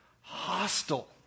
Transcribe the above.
hostile